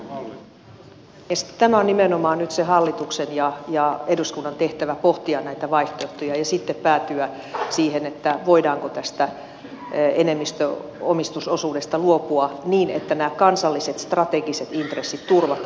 tämä on nimenomaan nyt hallituksen ja eduskunnan tehtävä pohtia näitä vaihtoehtoja ja sitten päätyä siihen voidaanko tästä enemmistöomistusosuudesta luopua niin että nämä kansalliset strategiset intressit turvataan